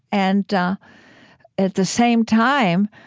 and at the same time,